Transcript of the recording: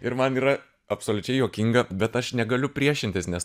ir man yra absoliučiai juokinga bet aš negaliu priešintis nes